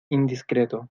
indiscreto